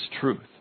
truth